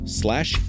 slash